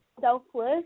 selfless